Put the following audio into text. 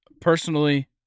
Personally